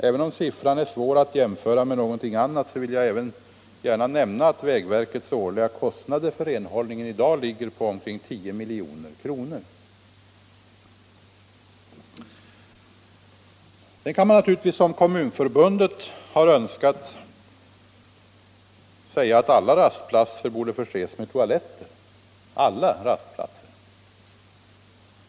Även om siffran är svår att jämföra med någonting annat vill jag nämna att vägverkets årliga kostnader för renhållningen i dag ligger på omkring 10 milj.kr. Sedan kan man naturligtvis, som Kommunförbundet har önskat, säga att alla rastplatser borde förses med toaletter — alla rastplatser.